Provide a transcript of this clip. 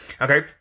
okay